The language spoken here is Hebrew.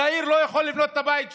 צעיר לא יכול לבנות את הבית שלו.